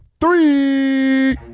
Three